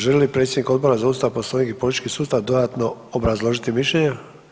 Želi li predsjednik Odbora za Ustav, Poslovnik i politički sustav dodatno obrazložiti mišljenja?